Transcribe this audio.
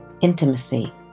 intimacy